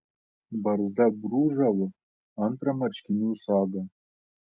barzda brūžavo antrą marškinių sagą